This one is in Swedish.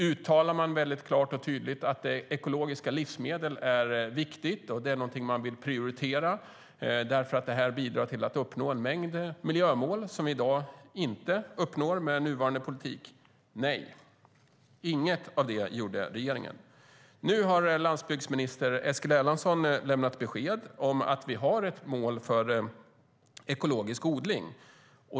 Uttalar man klart och tydligt att ekologiska livsmedel är viktiga och något som man vill prioritera därför att det bidrar till att vi uppnår en mängd miljömål som vi inte uppnår med nuvarande politik? Nej, inget av det gjorde regeringen. Nu har landsbygdsminister Eskil Erlandsson lämnat besked om att vi har ett mål för ekologisk odling.